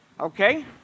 Okay